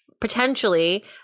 potentially